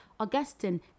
Augustin